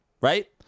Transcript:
right